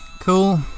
Cool